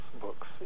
books